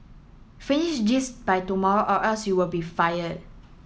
finish this by tomorrow or else you'll be fire